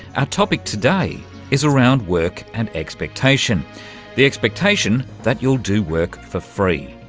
our topic today is around work and expectation the expectation that you'll do work for free.